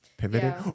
pivoted